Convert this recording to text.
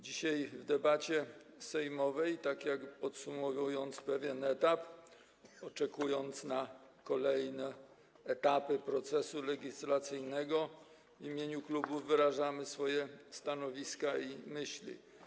Dzisiaj podczas debaty sejmowej, podsumowując pewien etap, oczekując na kolejne etapy procesu legislacyjnego, w imieniu klubów wyrażamy swoje stanowiska i myśli.